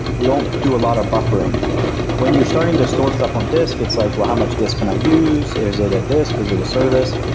we don't do a lot of buffering when you're starting to store stuff on disk, it's like, well how much disk can i use? is it a disk? is it a service?